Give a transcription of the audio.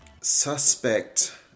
suspect